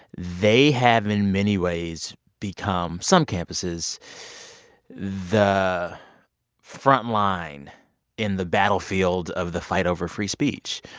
they have, in many ways, become some campuses the front line in the battlefield of the fight over free speech.